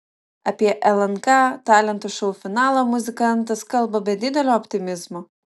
apie lnk talentų šou finalą muzikantas kalba be didelio optimizmo